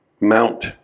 mount